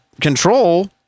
control